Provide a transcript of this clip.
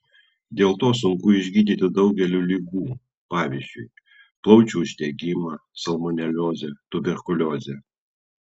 dėl to sunku išgydyti daugelį ligų pavyzdžiui plaučių uždegimą salmoneliozę tuberkuliozę